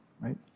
Right